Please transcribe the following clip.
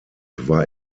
war